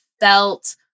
felt